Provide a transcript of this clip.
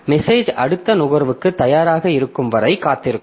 message அடுத்த நுகர்வுக்கு தயாராக இருக்கும் வரை காத்திருக்கும்